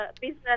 business